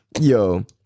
yo